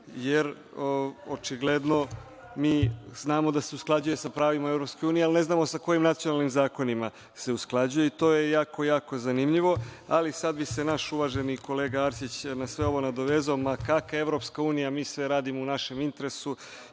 jer očigledno mi znamo da se usklađuje sa pravima EU, ali ne znamo sa kojim nacionalnim zakonima se usklađuje. To je jako, jako zanimljivo, ali sada bi se naš uvaženi kolega Arsić na sve ovo nadovezao, ma kakva EU mi sve radimo u našem interesu